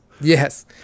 Yes